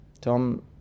Tom